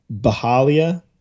Bahalia